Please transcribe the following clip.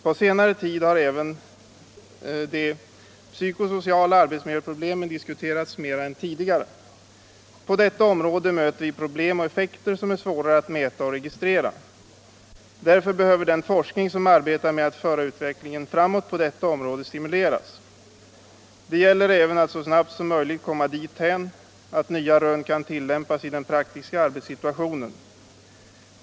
På senare tid har även de psykosociala arbetsmiljöproblemen diskuterats mer än tidigare. På detta område möter vi problem och effekter som är svåra att mäta och registrera. Därför behöver den forskning som arbetar med att föra utvecklingen på detta område framåt stimuleras. Det gäller även att så snabbt som möjligt att komma dithän att nya rön kan tillämpas i den praktiska arbetssituationen.